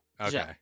Okay